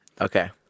Okay